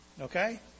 Okay